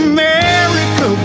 America